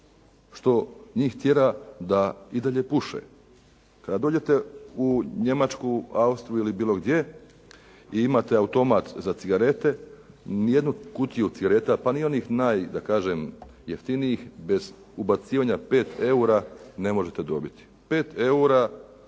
što njih tjera da i dalje puše? Kada dođete u Njemačku, Austriju ili bilo gdje i imate automat za cigarete, ni jednu kutiju cigareta pa ni onih naj da kažem, jeftinijih bez ubacivanja 5 eura ne možete dobiti. 5 €